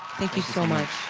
thank you so much.